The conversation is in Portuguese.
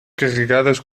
carregadas